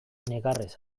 negarrez